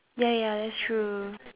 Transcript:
ya ya that's true